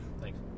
Thanks